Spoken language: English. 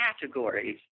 categories